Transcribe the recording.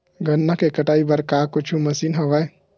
गन्ना के कटाई बर का कुछु मशीन हवय?